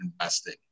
investing